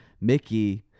Mickey